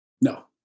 No